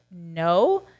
no